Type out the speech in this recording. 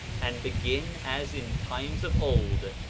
and begin as in times of old,